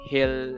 Hill